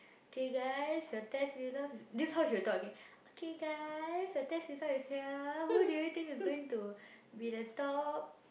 K guys your test results is this how she will talk okay K guys your test results is here who do you think is going to be the top